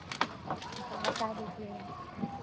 हमको बता दीजिएगा